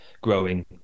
growing